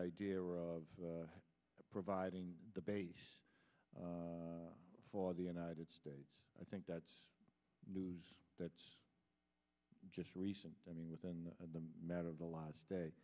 idea of providing the base for the united states i think that's news that just recent i mean within a matter of the last day